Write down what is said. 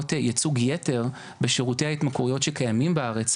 ייצוג יתר בשירותי ההתמכרויות שקיימים בארץ,